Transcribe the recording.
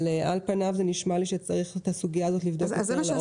אבל על פניו נשמע לי שאת הסוגיה הזאת צריך לבדוק יותר לעומק.